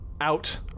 out